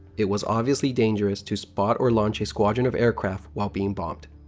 it was obviously dangerous to spot or launch a squadron of aircraft while being bombed.